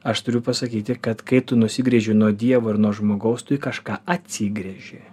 aš turiu pasakyti kad kai tu nusigręži nuo dievo ir nuo žmogaus tu į kažką atsigręži